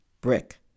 Brick